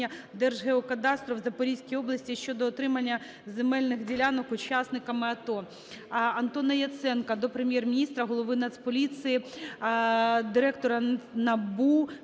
Держгеокадастру у Запорізькій області щодо отримання земельних ділянок учасниками АТО.